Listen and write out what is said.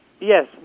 Yes